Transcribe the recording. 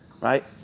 right